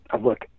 look